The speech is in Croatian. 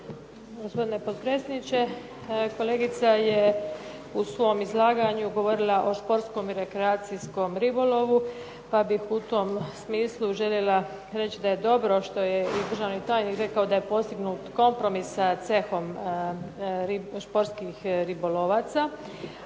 Gospodine potpredsjedniče. Kolegica je u svom izlaganju govorila o športskom i rekreacijskom ribolovu pa bih u tom smislu željela reći da je dobro što je i državni tajnik da je postignut kompromis sa cehom športskih ribolovaca.